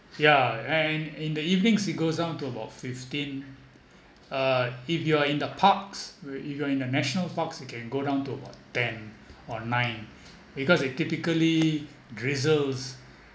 ya and in the evenings it goes down to about fifteen uh if you are in the parks where you going the national parks it can go down to about ten or nine because it typically drizzles